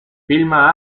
filma